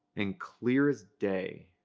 and clear as day,